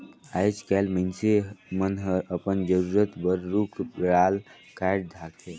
आयज कायल मइनसे मन हर अपन जरूरत बर रुख राल कायट धारथे